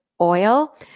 oil